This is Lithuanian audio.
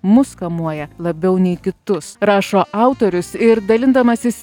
mus kamuoja labiau nei kitus rašo autorius ir dalindamasis